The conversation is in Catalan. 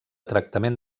tractament